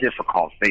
difficult